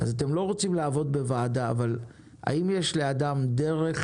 אז אתם לא רוצים לעבוד בוועדה אבל האם יש לאדם דרך